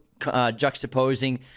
juxtaposing